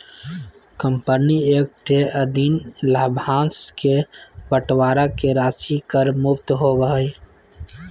company act के अधीन लाभांश के बंटवारा के राशि कर मुक्त होबो हइ